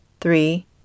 three